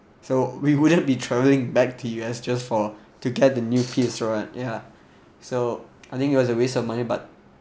so we wouldn't be traveling back to U_S just for to get the new piece right ya so I think it was a waste of money but